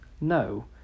No